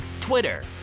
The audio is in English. Twitter